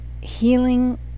healing